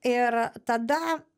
ir tada